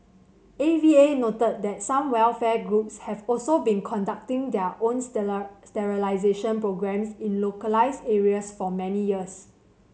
A V A noted that some welfare groups have also been conducting their own sterilisation programmes in localised areas for many years